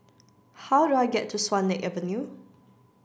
how do I get to Swan Lake Avenue